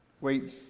Wait